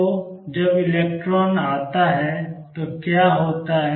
तो जब इलेक्ट्रॉन आता है तो क्या होता है